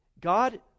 God